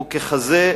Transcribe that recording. וככזה,